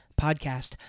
Podcast